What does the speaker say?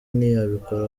ntiyabikora